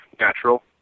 natural